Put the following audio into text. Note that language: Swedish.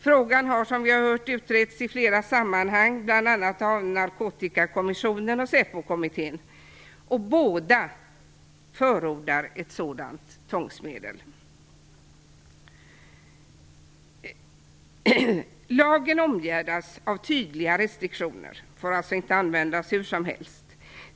Som vi har hört har frågan utretts i flera sammanhang, bl.a. av Narkotikakommissionen och Säpokommittén, och båda förordar ett sådant tvångsmedel. Lagen omgärdas av tydliga restriktioner och får alltså inte användas hur som helst.